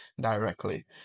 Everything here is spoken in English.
directly